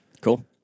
cool